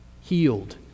healed